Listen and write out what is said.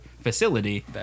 facility